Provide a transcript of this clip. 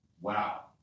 Wow